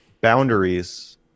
Boundaries